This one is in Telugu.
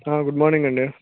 గుడ్ మార్నింగ్ అండీ